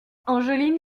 angeline